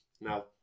Now